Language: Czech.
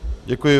Děkuji.